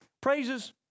praises